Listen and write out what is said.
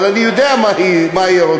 אבל אני יודע מה היא רוצה.